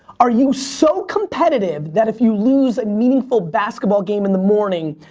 are you so competitive that if you lose a meaningful basketball game in the morning,